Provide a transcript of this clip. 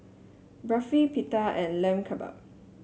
Barfi Pita and Lamb Kebabs